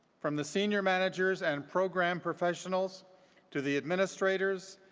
from the senior managers and program professionals to the administrators,